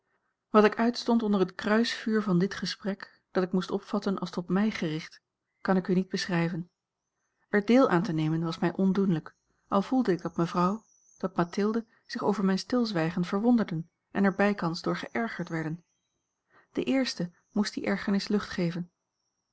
wat ik uitstond onder het kruisvuur van dit gesprek dat ik moest opvatten als tot mij gericht kan ik u niet beschrijven er deel aan te nemen was mij ondoenlijk al voelde ik dat mevrouw dat mathilde zich over mijn stilzwijgen verwonderden en er bijkans door geërgerd werden de eerste moest die ergernis lucht geven